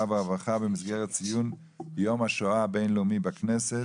והרווחה במסגרת ציון יום השואה הבין-לאומי בכנסת,